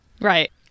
Right